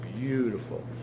beautiful